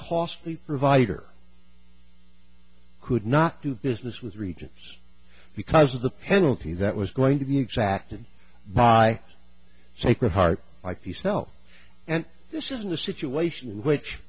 costly provider could not do business with regions because of the penalty that was going to be exacted by sacred heart like the self and this is the situation in which